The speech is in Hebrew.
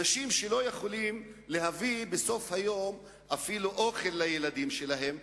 אנשים שלא יכולים להביא בסוף היום אפילו אוכל לילדים שלהם,